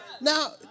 now